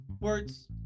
words